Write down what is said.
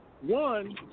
One